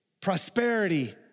prosperity